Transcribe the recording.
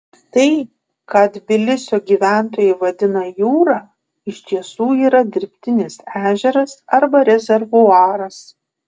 tai ką tbilisio gyventojai vadina jūra iš tiesų yra dirbtinis ežeras arba rezervuaras